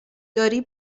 داری